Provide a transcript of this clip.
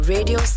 Radio